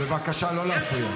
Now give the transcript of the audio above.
די, די.